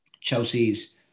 Chelsea's